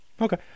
Okay